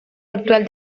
actual